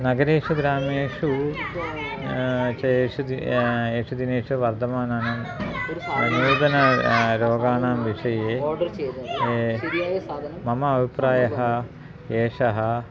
नगरेषु ग्रामेषु च एषु दि एषु दिनेषु वर्तमानानां नूतन रोगाणां विषये मम अभिप्रायः एषः